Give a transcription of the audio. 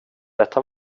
detta